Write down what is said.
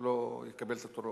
הוא לא יקבל את תורו.